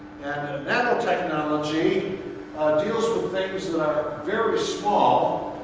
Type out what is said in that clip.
nanotechnology ah deals with things that are very small.